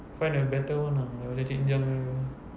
find a better one lah like macam cik jan punya ke